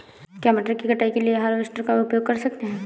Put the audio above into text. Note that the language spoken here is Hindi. क्या मटर की कटाई के लिए हार्वेस्टर का उपयोग कर सकते हैं?